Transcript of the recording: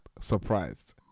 surprised